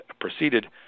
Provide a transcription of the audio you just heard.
proceeded